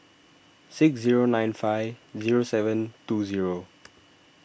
six zero nine five zero seven two zero